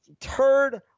turd